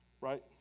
Right